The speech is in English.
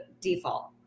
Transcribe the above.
default